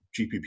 GPP